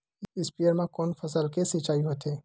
स्पीयर म कोन फसल के सिंचाई होथे?